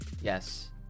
Yes